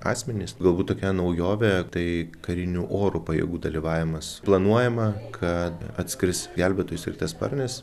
asmenys galbūt tokia naujovė tai karinių oro pajėgų dalyvavimas planuojama kad atskris gelbėtojų sraigtasparnis